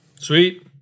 Sweet